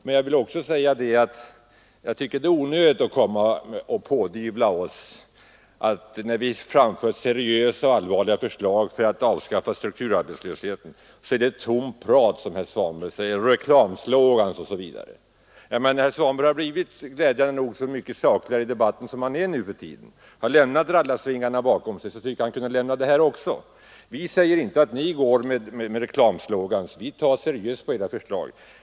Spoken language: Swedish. Men det är onödigt att beskylla oss för tomt prat och för att bara framföra en reklamslogan när vi lägger fram seriösa förslag i syfte att avskaffa strukturarbetslösheten. När herr Svanberg glädjande nog nu blivit så mycket sakligare i debatten och har lämnat rallarsvingarna bakom sig, tycker jag att han kunde avstå också från dessa beskyllningar. Vi säger inte att ni går fram med reklamslogan utan ser seriöst på era förslag.